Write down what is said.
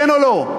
כן או לא?